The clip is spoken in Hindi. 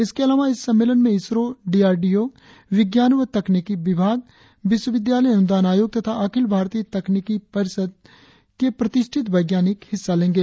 इसके अलावा इस सम्मेलन में ISRO D R D O विज्ञान व तकनीक विभाग विश्वविद्यालय अनुदान आयोग तथा अखिल भारतीय तकनीक शिक्षा परिषद के प्रतिष्ठित वैज्ञानिक हिस्सा लेंगे